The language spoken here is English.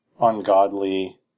ungodly